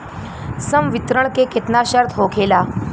संवितरण के केतना शर्त होखेला?